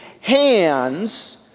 hands